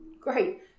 great